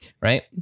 Right